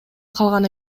калган